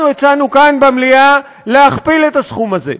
הצענו כאן, במליאה, להכפיל את הסכום הזה.